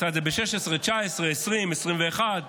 הוא עשה את זה ב-2016, ב-2019, ב-2020, ב-2021.